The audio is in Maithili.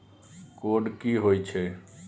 कोड की होय छै?